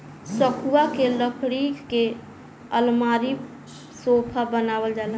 सखुआ के लकड़ी के अलमारी, सोफा बनावल जाला